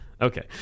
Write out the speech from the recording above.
Okay